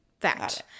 fact